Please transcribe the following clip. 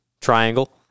Triangle